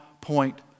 point